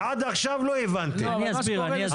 עכשיו ברגע שאתה מכניס אותו תלוי תכנון,